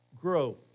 Grow